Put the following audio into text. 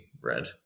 Red